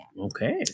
Okay